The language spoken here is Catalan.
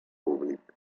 públic